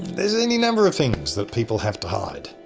there's any number of things that people have to hide.